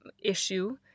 issue